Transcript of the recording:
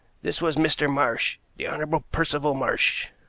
this was mr. marsh the honorable percival marsh.